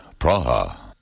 Praha